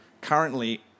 Currently